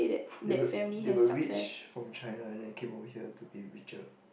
they were they were rich from China and they came over here to be richer